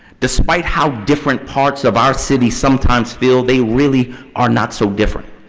despite how different parts of our city sometimes feel, they really are not so different.